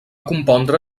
compondre